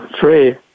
free